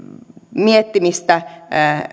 miettimistä